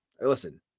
Listen